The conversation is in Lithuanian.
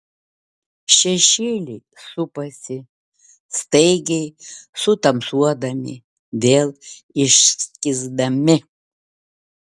šešėliai supasi staigiai sutamsuodami vėl išskysdami